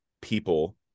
people